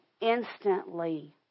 instantly